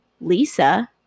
Lisa